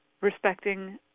respecting